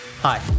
Hi